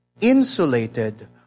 insulated